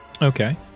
okay